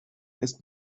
ist